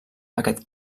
aquest